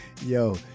Yo